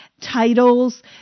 Titles